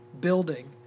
building